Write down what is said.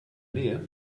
nähe